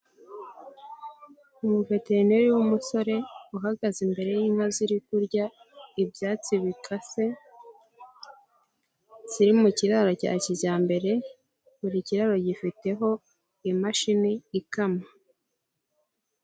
Umuveterineri w'umusore uhagaze imbere y'inka ziri kurya ibyatsi bikase, ziri mu kiraro cya kijyambere, buri kiraro gifiteho imashini ikama.